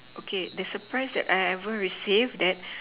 okay the surprise that I ever receive that